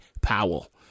Powell